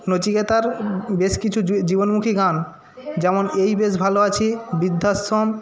নচিকেতার বেশ কিছু জীবনমুখী গান যেমন এই বেশ ভালো আছি বিদ্ধাশ্রম